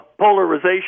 polarization